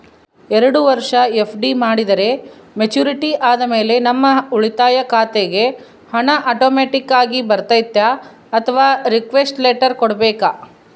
ಎರಡು ವರುಷ ಎಫ್.ಡಿ ಮಾಡಿದರೆ ಮೆಚ್ಯೂರಿಟಿ ಆದಮೇಲೆ ನಮ್ಮ ಉಳಿತಾಯ ಖಾತೆಗೆ ಹಣ ಆಟೋಮ್ಯಾಟಿಕ್ ಆಗಿ ಬರ್ತೈತಾ ಅಥವಾ ರಿಕ್ವೆಸ್ಟ್ ಲೆಟರ್ ಕೊಡಬೇಕಾ?